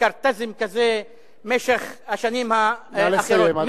במקארתיזם כזה במשך השנים האחרונות.